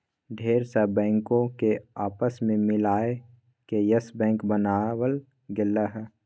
ढेर सा बैंको के आपस मे मिलाय के यस बैक बनावल गेलय हें